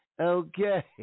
Okay